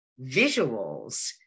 visuals